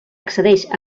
accedeix